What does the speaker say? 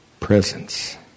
presence